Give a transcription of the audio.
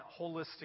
holistic